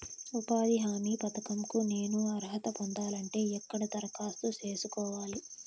ఉపాధి హామీ పథకం కు నేను అర్హత పొందాలంటే ఎక్కడ దరఖాస్తు సేసుకోవాలి?